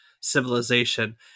civilization